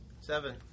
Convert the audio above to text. Seven